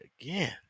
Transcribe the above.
again